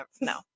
no